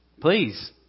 please